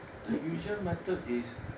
the usual method is